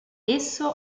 esso